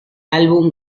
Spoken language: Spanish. álbum